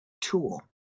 tool